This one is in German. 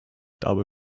dabei